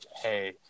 hey